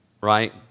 right